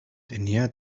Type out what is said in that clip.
tenía